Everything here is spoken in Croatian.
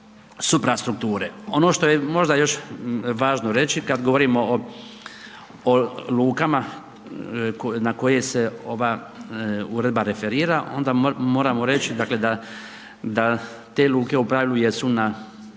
Ono što je možda još važno reći, kad govorimo o lukama na koje se ova uredba referira, onda moramo reći, dakle, da te luke u pravilu jesu na,